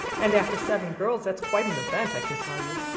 and after seven girls that's quite an event, i can tell you.